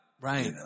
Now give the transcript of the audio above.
Right